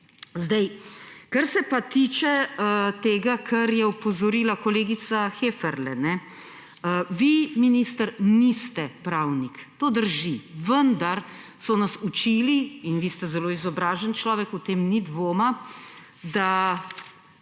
SDS. Kar se pa tiče tega, na kar je opozorila kolegica Heferle. Vi, minister, niste pravnik, to drži, vendar so nas učili – in vi ste zelo izobražen človek, o tem ni dvoma – da